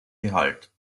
gehalt